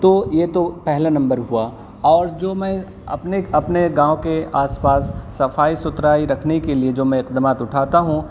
تو یہ تو پہلا نمبر ہوا اور جو میں اپنے اپنے گاؤں کے آس پاس صفائی ستھرائی رکھنے کے لیے جو میں اقدامات اٹھاتا ہوں